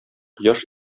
кояш